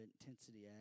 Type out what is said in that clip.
intensity